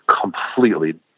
completely